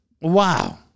Wow